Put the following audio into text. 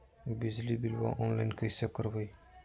बिजली बिलाबा ऑनलाइन कैसे करबै?